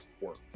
work